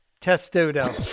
Testudo